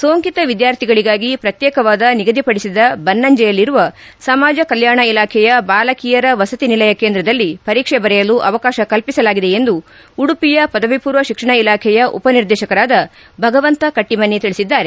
ಸೋಂಕಿತ ವಿದ್ಯಾರ್ಥಿಗಳಿಗಾಗಿ ಪ್ರತ್ಯೇಕವಾದ ನಿಗದಿಪಡಿಸಿದ ಬನ್ನಂಜೆಯಲ್ಲಿರುವ ಸಮಾಜ ಕಲ್ಯಾಣ ಇಲಾಖೆಯ ಬಾಲಕಿಯರ ವಸತಿ ನಿಲಯ ಕೇಂದ್ರದಲ್ಲಿ ಪರೀಕ್ಷೆ ಬರೆಯಲು ಅವಕಾಶ ಕಲ್ಪಿಸಲಾಗಿದೆ ಎಂದು ಉಡುಪಿಯ ಪದವಿ ಪೂರ್ವ ಶಿಕ್ಷಣ ಇಲಾಖೆಯ ಉಪ ನಿರ್ದೇಶಕರಾದ ಭಗವಂತ ಕಟ್ಟಮನಿ ತಿಳಿಸಿದ್ದಾರೆ